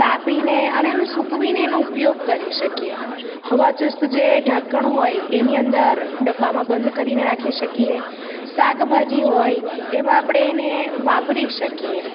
કાપીને અને એને સૂકવીને એનો ઉપયોગ કરી શકીએ હવા ચુસ્ત જે ઢાંકણ હોય એની અંદર ડબ્બામાં બંધ કરીને રાખી શકીએ શાકભાજી હોય એમાં આપણે એને વાપરી શકીએ